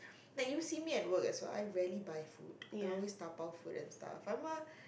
like you see me at work as well I rarely buy food I always dabao food and stuff I'm a